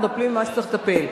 מטפלים במה שצריכים לטפל.